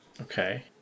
okay